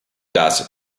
does